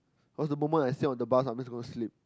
because the moment I sit on the bus I'm just gonna asleep